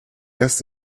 erst